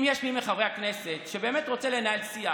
אם יש מי מחברי הכנסת שבאמת רוצה לנהל שיח